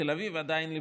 תל אביב עדיין לפניה,